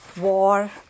war